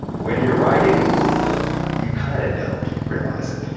when you're writing you kind of don't realize it.